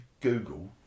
Google